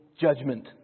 judgment